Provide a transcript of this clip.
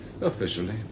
Officially